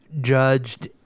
judged